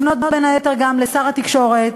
לפנות בין היתר גם לשר התקשורת,